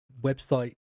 website